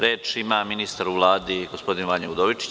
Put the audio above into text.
Reč ima ministar u Vladi gospodin Vanja Udovičić.